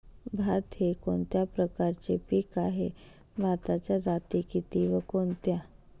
भात हे कोणत्या प्रकारचे पीक आहे? भाताच्या जाती किती व कोणत्या?